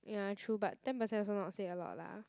ya true but ten percent also not say a lot lah